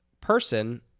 person